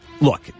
look